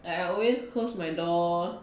like I always close my door